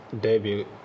debut